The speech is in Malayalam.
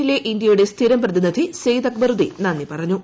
എന്നിലെ ഇന്തൃയുടെ സ്ഥിരം പ്രതിനിധി സയ്ദ് അക്ബറുദ്ടീൻ നന്ദി പറഞ്ഞു